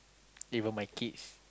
even my kids